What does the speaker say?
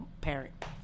parent